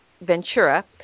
Ventura